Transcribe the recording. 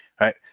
right